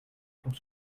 pour